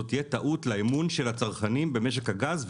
זאת תהיה טעות לאמון של הצרכנים במשק הגז,